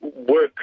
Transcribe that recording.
Work